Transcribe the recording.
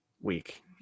week